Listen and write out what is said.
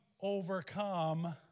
overcome